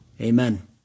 amen